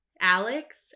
Alex